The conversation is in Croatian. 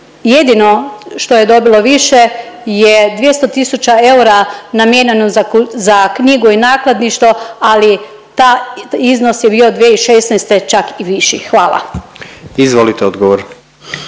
Jedino što je dobilo više je 200 tisuća eura namijenjeno za knjigu i nakladništvo ali ta iznos je bio 2016. čak i viši. Hvala. **Jandroković,